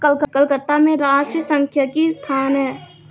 कलकत्ता में राष्ट्रीय सांख्यिकी संस्थान है